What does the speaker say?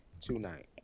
tonight